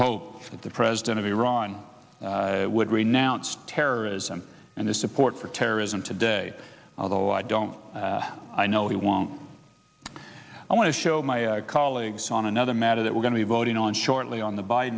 hope that the president of iran would read announced terrorism and the support for terrorism today although i don't i know he won't i want to show my colleagues on another matter that we're going to be voting on shortly on the bi